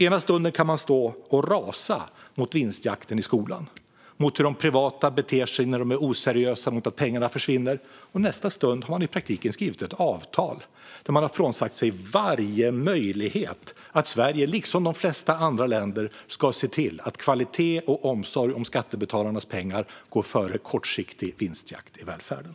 Ena stunden kan man rasa mot vinstjakten i skolan, mot hur de privata aktörerna beter sig när de är oseriösa och mot att pengarna försvinner. I nästa stund har man i praktiken skrivit ett avtal där man frånsagt sig varje möjlighet att Sverige liksom de flesta andra länder ska se till att kvalitet och omsorg om skattebetalarnas pengar går före kortsiktig vinstjakt i välfärden.